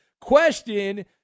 question